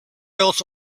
else